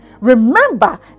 Remember